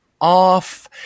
off